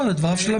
לדבריו של הרוב.